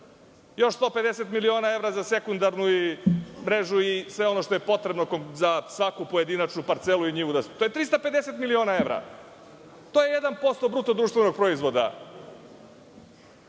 još 150 miliona evra za sekundarnu mrežu i sve ono što je potrebno za svaku pojedinačnu parcelu i njivu, to je 350 miliona evra. To je 1% bruto društvenog proizvoda.